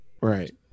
Right